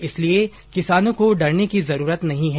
इसलिए किसानों को डरने की जरूरत नहीं है